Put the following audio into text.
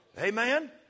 Amen